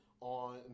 on